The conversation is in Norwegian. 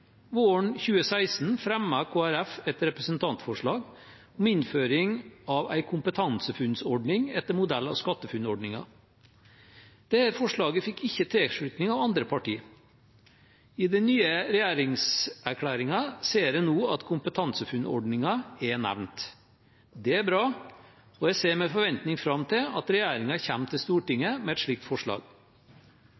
Våren 2016 fremmet Kristelig Folkeparti et representantforslag om innføring av en KompetanseFUNN-ordning etter modell av SkatteFUNN-ordningen. Dette forslaget fikk ikke tilslutning av andre partier. I den nye regjeringserklæringen ser en nå at KompetanseFUNN-ordningen er nevnt. Det er bra, og jeg ser med forventning fram til at regjeringen kommer til